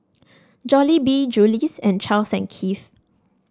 Jollibee Julie's and Charles and Keith